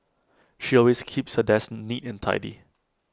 she always keeps her desk neat and tidy